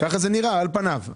ככה זה נראה, על פניו.